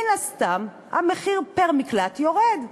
מן הסתם המחיר פר-מקלט יורד.